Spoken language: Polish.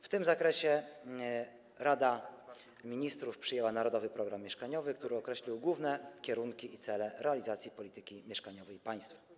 W tym zakresie Rada Ministrów przyjęła „Narodowy program mieszkaniowy”, który określił główne kierunki i cele realizacji polityki mieszkaniowej państwa.